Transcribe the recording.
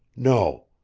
no.